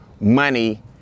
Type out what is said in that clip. money